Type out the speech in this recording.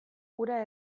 ura